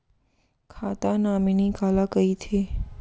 खाता नॉमिनी काला कइथे?